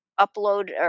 upload